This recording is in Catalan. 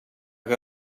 que